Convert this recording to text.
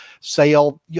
sale